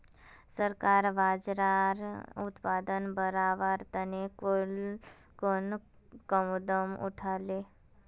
सरकार बाजरार उत्पादन बढ़वार तने कुन कुन कदम उठा ले